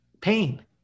Pain